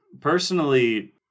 Personally